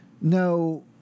no